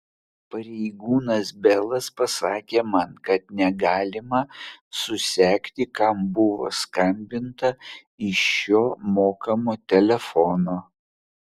pareigūnas belas pasakė man kad negalima susekti kam buvo skambinta iš šio mokamo telefono